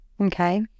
Okay